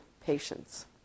patients